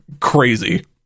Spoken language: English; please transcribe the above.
crazy